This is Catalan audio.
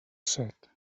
set